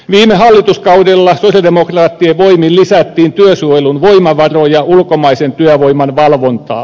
viime hallituskaudella sosialidemokraattien voimin lisättiin työsuojelun voimavaroja ulkomaisen työvoiman valvontaan